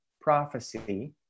prophecy